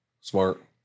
Smart